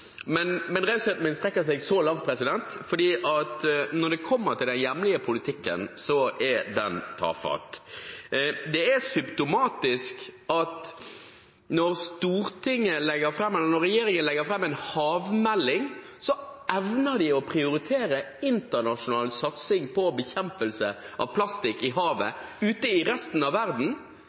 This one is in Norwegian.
Men rausheten min strekker seg så langt, for når det kommer til den hjemlige politikken, er den tafatt. Det er symptomatisk at når regjeringen legger fram en havmelding, så evner de å prioritere internasjonal satsing på bekjempelse av plast i havet ute i resten av verden,